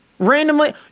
randomly